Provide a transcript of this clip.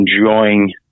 enjoying